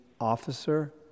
officer